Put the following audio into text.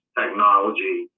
technology